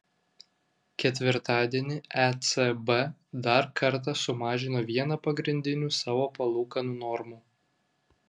ketvirtadienį ecb dar kartą sumažino vieną pagrindinių savo palūkanų normų